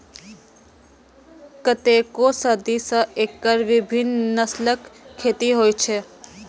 कतेको सदी सं एकर विभिन्न नस्लक खेती होइ छै